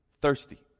thirsty